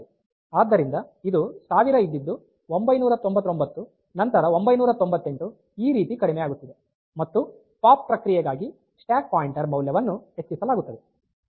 ಆದ್ದರಿಂದ ಇದು ಸಾವಿರ ಇದ್ದಿದ್ದು 999 ನಂತರ 998 ಈ ರೀತಿ ಕಡಿಮೆಯಾಗುತ್ತಿದೆ ಮತ್ತು ಪಾಪ್ ಪ್ರಕ್ರಿಯೆಗಾಗಿ ಸ್ಟ್ಯಾಕ್ ಪಾಯಿಂಟರ್ ಮೌಲ್ಯವನ್ನು ಹೆಚ್ಚಿಸಲಾಗುತ್ತದೆ